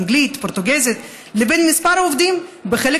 אנגלית או פורטוגזית לבין מספר העובדים בחלק